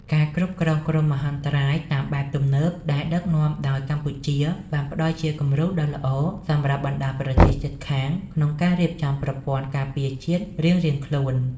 ការគ្រប់គ្រងគ្រោះមហន្តរាយតាមបែបទំនើបដែលដឹកនាំដោយកម្ពុជា បានផ្តល់ជាគំរូដ៏ល្អសម្រាប់បណ្តាប្រទេសជិតខាងក្នុងការរៀបចំប្រព័ន្ធការពារជាតិរៀងៗខ្លួន។